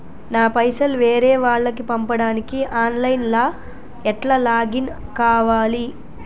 నా పైసల్ వేరే వాళ్లకి పంపడానికి ఆన్ లైన్ లా ఎట్ల లాగిన్ కావాలి?